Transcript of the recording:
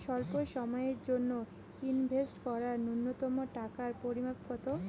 স্বল্প সময়ের জন্য ইনভেস্ট করার নূন্যতম টাকার পরিমাণ কত?